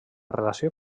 relació